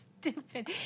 stupid